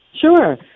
Sure